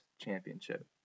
championship